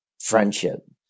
friendship